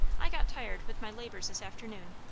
i got tired with my labours this afternoon,